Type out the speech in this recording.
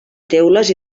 teules